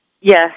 Yes